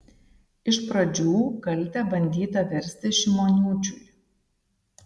iš pradžių kaltę bandyta versti šimoniūčiui